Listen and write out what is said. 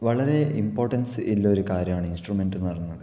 വളരെ ഇമ്പോര്ട്ടന്സ് ഉള്ള ഒരു കാര്യമാണ് ഇന്സ്ട്രമെന്റ് എന്ന് പറയുന്നത്